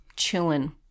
chilling